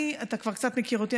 אתה כבר קצת מכיר אותי,